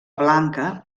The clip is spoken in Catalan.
blanca